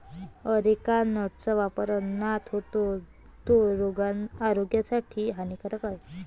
areca नटचा वापर अन्नात होतो, तो आरोग्यासाठी हानिकारक आहे